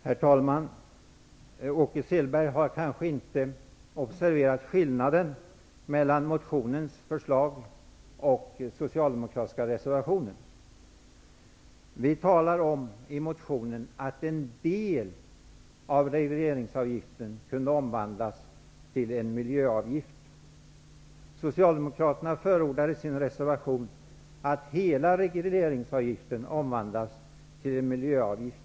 Herr talman! Åke Selberg har kanske inte observerat skillnaden mellan förslaget i motionen och den socialdemokratiska reservationen. Vi talar om i motionen att en del av regleringsavgiften kunde omvandlas till en miljöavgift. Socialdemokraterna förordar i sin reservation att hela regleringsavgiften omvandlas till en miljöavgift.